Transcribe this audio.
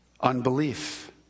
Unbelief